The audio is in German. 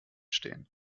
stehen